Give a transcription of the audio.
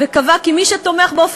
כדרך שאדם אינו חייב להסכים לכך שיהרגוהו,